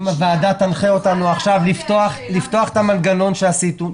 אם הוועדה תנחה אותנו עכשיו לפתוח את המנגנון שעשינו,